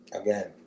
again